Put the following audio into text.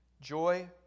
Joy